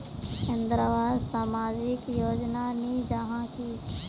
इंदरावास सामाजिक योजना नी जाहा की?